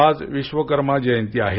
आज विश्वकर्मा जयंती आहे